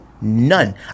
None